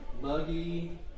Muggy